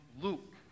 Luke